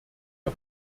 der